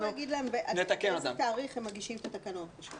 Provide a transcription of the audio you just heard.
צריך להגיד להם עד איזה תאריך הם מגישים את התקנות,